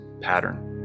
pattern